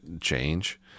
change